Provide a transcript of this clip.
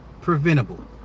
preventable